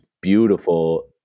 beautiful